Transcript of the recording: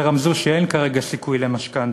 ורמזו שאין כרגע סיכוי למשכנתה.